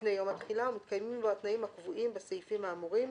לפני יום התחילה ומתקיימים בו התנאים הקבועים בסעיפים האמורים,